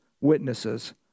witnesses